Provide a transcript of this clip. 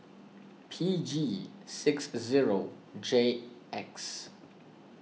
P G six zero J X